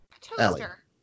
Toaster